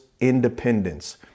independence